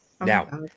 Now